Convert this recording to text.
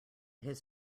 his